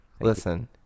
listen